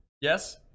Yes